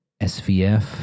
SVF